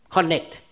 Connect